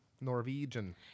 Norwegian